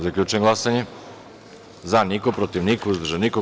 Zaključujem glasanje: za – niko, protiv – niko, uzdržanih – nema.